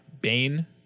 Bane